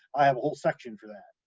i have a whole section for that.